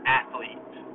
athlete